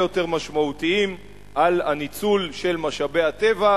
יותר משמעותיים על הניצול של משאבי הטבע,